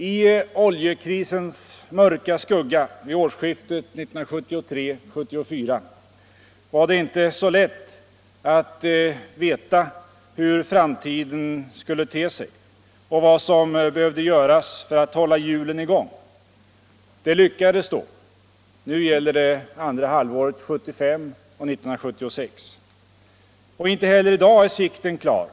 I oljekrisens mörka skugga vid årsskiftet 1973-1974 var det inte så lätt att veta hur framtiden skulle te sig och vad som behövde göras för att hålla hjulen i gång. Men då lyckades det. Nu gäller det andra halvåret 1975 och första hälften av 1976, och inte heller i dag är sikten klar.